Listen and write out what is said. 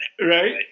Right